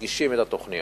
מגישים את התוכניות.